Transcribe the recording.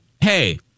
hey